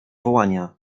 wołania